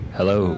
Hello